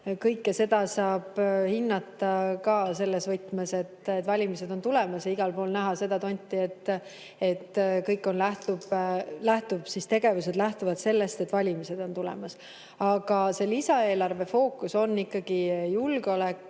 kõike seda hinnata ka selles võtmes, et valimised on tulemas, ja igal pool näha seda tonti, et kõik tegevused lähtuvad sellest, et valimised on tulemas. Aga selle lisaeelarve fookus on ikkagi julgeolek